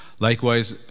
likewise